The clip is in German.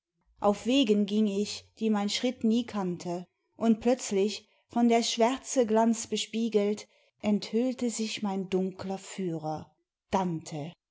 auf wegen ging ich die mein schritt nie kannte und plötzlich von der schwärze glanz bespiegelt enthüllte sich mein dunkler führer dante